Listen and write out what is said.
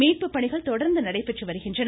மீட்பு பணிகள் தொடர்ந்து நடைபெற்று வருகின்றன